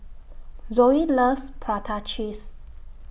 Zoey loves Prata Cheese